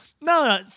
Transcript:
no